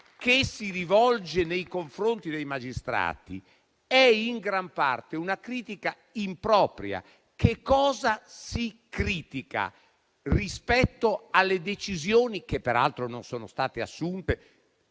che si rivolge nei confronti dei magistrati è in gran parte impropria. Che cosa si critica rispetto alle decisioni (che peraltro non sono state assunte